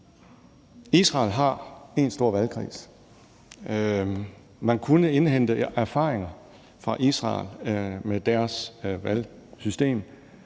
Israel har én stor valgkreds. Man kunne indhente erfaringer fra Israel med deres valgsystem.